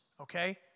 Okay